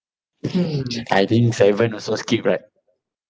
I think seven also skip right